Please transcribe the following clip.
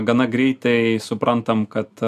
gana greitai suprantam kad